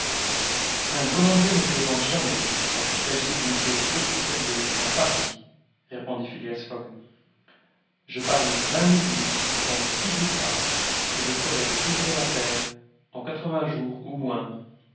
un bon anglais ne plaisante jamais quand il s'agit d'une chose aussi sérieuse qu'un pari répondit phileas fogg je parie vingt mille livres contre qui voudra que je ferai le tour de la terre en quatre-vingts jours ou moins